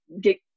get